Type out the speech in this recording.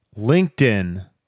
LinkedIn